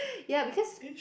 ya because